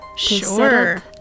Sure